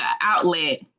outlet